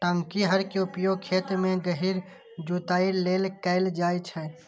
टांकी हर के उपयोग खेत मे गहींर जुताइ लेल कैल जाइ छै